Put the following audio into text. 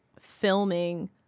filming